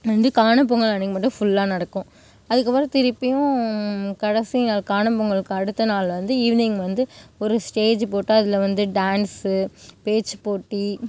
வந்து காணும் பொங்கல் அன்னைக்கு மட்டும் ஃபுல்லாக நடக்கும் அதுக்கப்பறம் திருப்பியும் கடைசி நாள் காணும் பொங்கலுக்கு அடுத்த நாள் வந்து ஈவினிங் வந்து ஒரு ஸ்டேஜ்ஜி போட்டு அதில் வந்து டான்ஸு பேச்சுப்போட்டி